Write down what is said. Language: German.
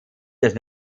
des